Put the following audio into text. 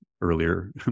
earlier